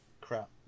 Crap